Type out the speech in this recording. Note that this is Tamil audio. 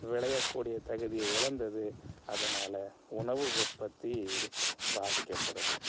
விளையக்கூடிய தகுதிய இழந்தது அதனால உணவு உற்பத்தி பாதிக்கப்படுது